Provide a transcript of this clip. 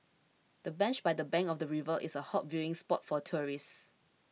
the bench by the bank of the river is a hot viewing spot for tourists